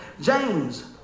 James